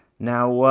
now,